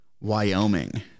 Wyoming